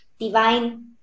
divine